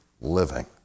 living